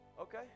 okay